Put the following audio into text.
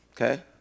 Okay